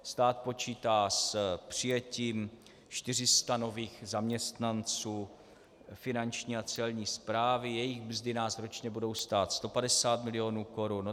Stát počítá s přijetím 400 nových zaměstnanců Finanční a Celní správy, jejich mzdy nás ročně budou stát 150 milionů korun.